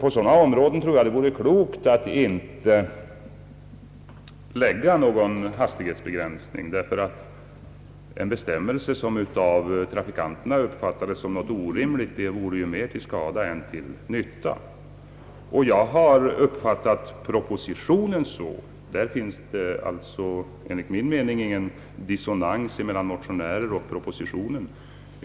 I sådana områden tror jag att det vore klokt att inte införa någon hastighetsbegränsning, ty en bestämmelse som av trafikanterna uppfattades som orimlig vore ju mer till skada än till nytta. I detta avseende föreligger det enligt min mening ingen dissonans mellan motionärernas och propositionens förslag.